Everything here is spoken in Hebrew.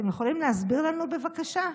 אתם יכולים להסביר לנו, בבקשה?